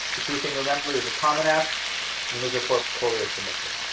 the key thing remember there's a common app and there's a portfolio submission,